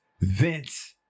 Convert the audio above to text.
Vince